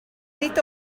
nid